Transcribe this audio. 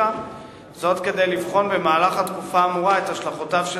זאת כדי לבחון במהלך התקופה האמורה את השלכותיו של